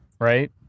right